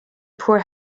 poor